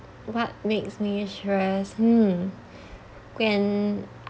what makes me stressed hmm when